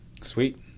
Sweet